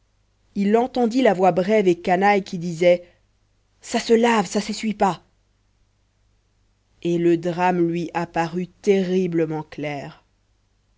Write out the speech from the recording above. il entendit la voix brève et canaille qui disait ça se lave ça s'essuie pas et le drame lui apparut terriblement clair